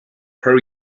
pro